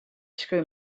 screw